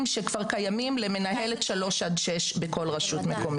שכבר קיימים למנהלת שלוש עד שש בכל רשות מקומית.